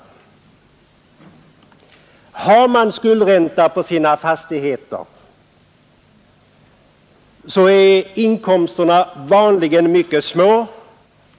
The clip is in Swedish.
Har de i någon större utsträckning skuldräntor på sina fastigheter, är deras inkomster vanligen mycket små.